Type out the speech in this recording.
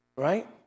Right